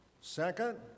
Second